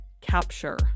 capture